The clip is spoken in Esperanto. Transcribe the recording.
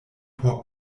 por